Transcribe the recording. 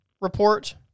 report